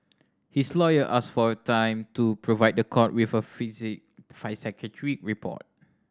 his lawyer asked for a time to provide the court with a psychiatric report